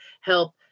help